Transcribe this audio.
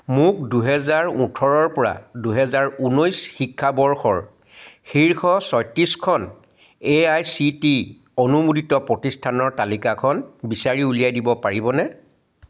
মোক দুহেজাৰ ওঁঠৰৰ পৰা দুহেজাৰ ঊনৈছ শিক্ষাবৰ্ষৰ শীৰ্ষ ছয়ত্ৰিছখন এ আই চি টি অনুমোদিত প্ৰতিষ্ঠানৰ তালিকাখন বিচাৰি উলিয়াই দিব পাৰিবনে